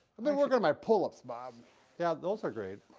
i've been working on my pull-ups, bob yeah, those are great.